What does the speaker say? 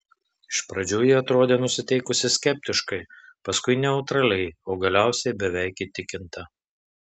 iš pradžių ji atrodė nusiteikusi skeptiškai paskui neutraliai o galiausiai beveik įtikinta